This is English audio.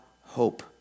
hope